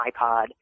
iPod